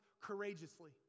courageously